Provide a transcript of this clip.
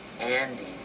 Andy